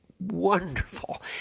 wonderful